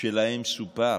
שלהם סופר,